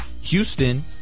Houston